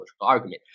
argument